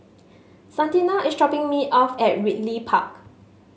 Santina is dropping me off at Ridley Park